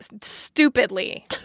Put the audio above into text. stupidly